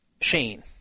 Shane